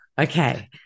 Okay